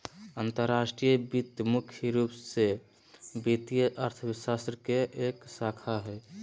अंतर्राष्ट्रीय वित्त मुख्य रूप से वित्तीय अर्थशास्त्र के एक शाखा हय